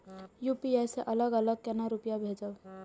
UPI से अलग अलग केना रुपया भेजब